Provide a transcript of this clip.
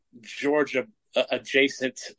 Georgia-adjacent